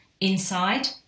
inside